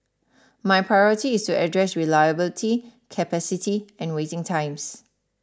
my priority is to address reliability capacity and waiting times